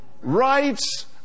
rights